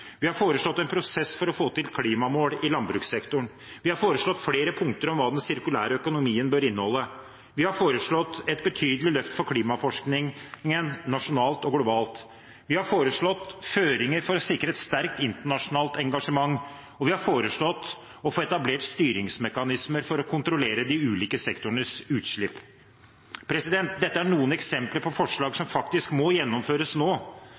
Vi har foreslått en prosess for å få til klimamål i landbrukssektoren. Vi har foreslått flere punkter om hva den sirkulære økonomien bør inneholde. Vi har foreslått et betydelig løft for klimaforskningen nasjonalt og globalt. Vi har foreslått føringer for å sikre et sterkt internasjonalt engasjement. Og vi har foreslått å få etablert styringsmekanismer for å kontrollere de ulike sektorenes utslipp. Dette er noen eksempler på forslag som faktisk må gjennomføres nå.